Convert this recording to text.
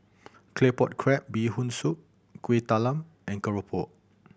Claypot Crab Bee Hoon Soup Kueh Talam and keropok